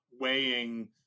weighing